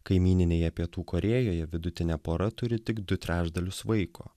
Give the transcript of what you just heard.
kaimyninėje pietų korėjoje vidutinė pora turi tik du trečdalius vaiko